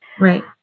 Right